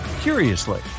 Curiously